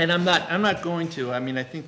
and i'm not i'm not going to i mean i think